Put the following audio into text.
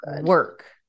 work